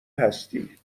هستی